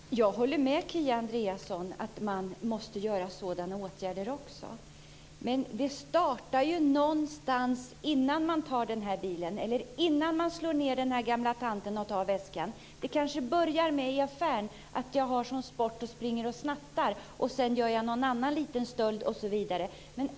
Fru talman! Jag håller med Kia Andreasson om att man måste vidta också sådana åtgärder. Men det startar ju någonstans innan man stjäl en bil, innan man slår ned en gammal tant och tar hennes väska. Det kanske börjar med att man har som sport att snatta i affärer och senare begår någon annan stöld.